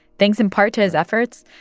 thanks in part to his efforts,